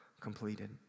completed